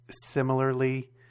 similarly